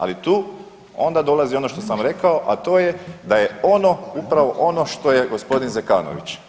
Ali tu onda dolazi ono što sam rekao, a to je da je ono, upravo ono što je g. Zekanović.